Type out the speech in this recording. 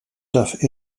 darf